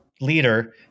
leader